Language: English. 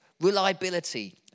reliability